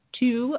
two